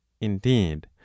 Indeed